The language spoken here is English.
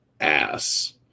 ass